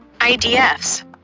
IDFs